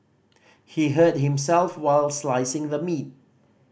he hurt himself while slicing the meat